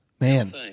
Man